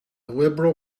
liberal